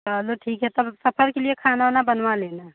चलो ठीक है तब सफ़र के लिए खाना वाना बनवा लेना